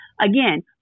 Again